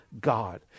God